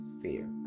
fear